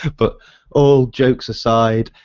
but all jokes aside,